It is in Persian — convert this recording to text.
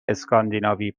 اسکاندیناوی